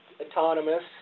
autonomous